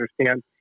understand